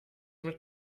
mit